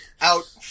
Out